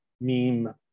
meme